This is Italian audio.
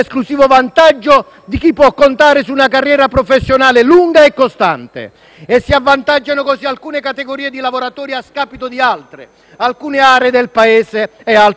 di chi può contare su una carriera professionale lunga e costante. Si avvantaggiano così alcune categorie di lavoratori a scapito di altre e alcune aree del Paese a scapito